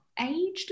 aged